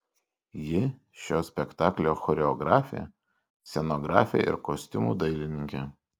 ji šio spektaklio choreografė scenografė ir kostiumų dailininkė